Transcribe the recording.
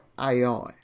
AI